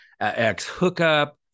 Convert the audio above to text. ex-hookup